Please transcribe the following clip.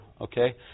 okay